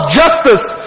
justice